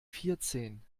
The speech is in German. vierzehn